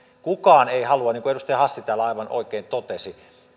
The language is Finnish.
kukaan ei halua niin kuin edustaja hassi täällä aivan oikein totesi